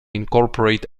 incorporate